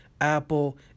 Apple